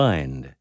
Mind